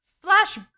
flash